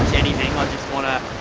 anything, i just wanna